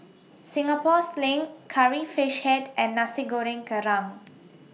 Singapore Sling Curry Fish Head and Nasi Goreng Kerang